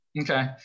Okay